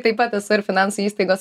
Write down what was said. taip pat esu ir finansų įstaigos